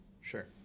Sure